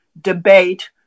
debate